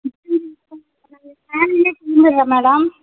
எத்தனை மணிக்கென்னு சொன்னால் நாங்கள் நேரமே கிளம்பிட்றோம் மேடம்